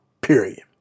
period